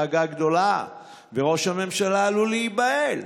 אתה תשאג שאגה גדולה וראש הממשלה עלול להיבהל.